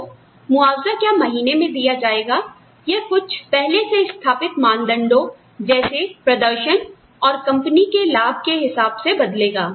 तो मुआवजा क्या महीने में दिया जाएगा या यह कुछ पहले से स्थापित मानदंडों जैसे प्रदर्शन और कंपनी के लाभ के हिसाब से बदलेगा